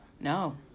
No